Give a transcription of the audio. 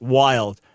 wild